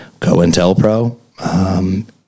COINTELPRO